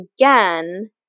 again